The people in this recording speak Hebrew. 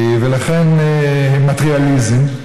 מטריאליים,